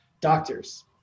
doctors